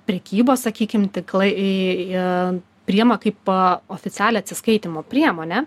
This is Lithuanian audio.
prekybos sakykim tinklai jie priima kaip oficialią atsiskaitymo priemonę